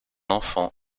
enfant